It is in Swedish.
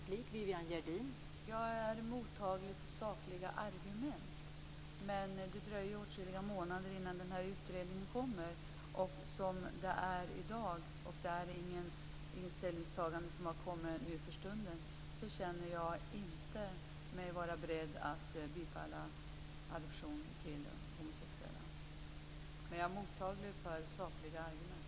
Fru talman! Jag är mottaglig för sakliga argument men det dröjer åtskilliga månader innan utredningen kommer, som det är i dag. Eftersom det för stunden inte finns något ställningstagande är jag inte beredd att yrka bifall när det gäller adoption för homosexuella. Jag är dock, som sagt, mottaglig för sakliga argument.